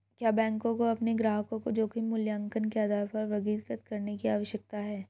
क्या बैंकों को अपने ग्राहकों को जोखिम मूल्यांकन के आधार पर वर्गीकृत करने की आवश्यकता है?